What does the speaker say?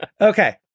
Okay